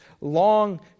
long